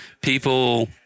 people